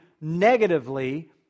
negatively